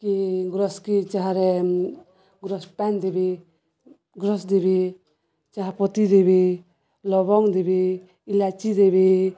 କି ଗୁରସ୍ କି ଚାହାରେ ଗୁରସ୍ ପ୍ୟାନ୍ ଦେବି ଗୁରସ୍ ଦେବି ଚାହା ପତି ଦେବି ଲବଙ୍ଗ ଦେବି ଇଲାଚି ଦେବି